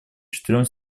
четырем